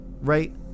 Right